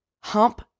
hump